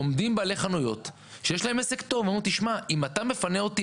עומדים בעלי החנויות שיש להם עסק טוב ואומרים שאם נפנה אותם